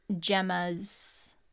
Gemma's